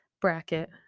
bracket